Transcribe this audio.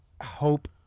hope